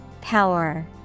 Power